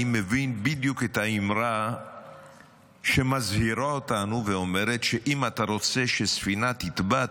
אני מבין את האמרה שמזהירה אותנו ואומרת שאם אתה רוצה שספינה תטבע,